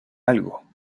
algo